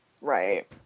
Right